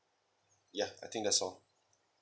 ya I think that's all